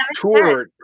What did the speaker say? tour